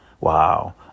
Wow